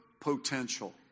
potential